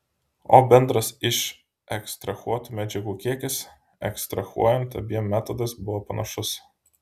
o bendras išekstrahuotų medžiagų kiekis ekstrahuojant abiem metodais buvo panašus